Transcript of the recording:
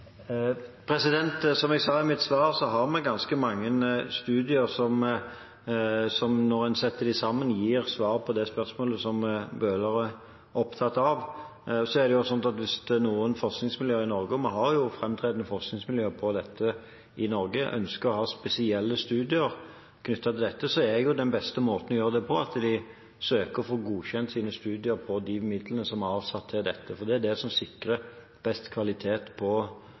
sa i mitt svar, har vi ganske mange studier, og når en setter dem sammen, gir de svar på det spørsmålet som Bøhler er opptatt av. Vi har fremtredende forskningsmiljøer for dette i Norge, og hvis det er noen forskningsmiljøer i Norge som ønsker å ha spesielle studier knyttet til dette, er den beste måten å gjøre det på å søke å få godkjent sine studier med de midlene som er avsatt til dette. Det er det som sikrer best kvalitet på